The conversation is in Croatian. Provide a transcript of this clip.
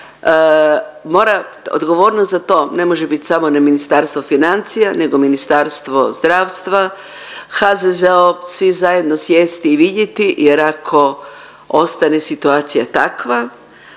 odgovornost za to ne može biti samo Ministarstvo financija, nego Ministarstvo zdravstva, HZZO, svi zajedno sjesti i vidjeti jer ako ostane situacija takva